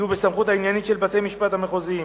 יהיו בסמכות העניינית של בתי-המשפט המחוזיים.